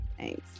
thanks